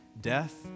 death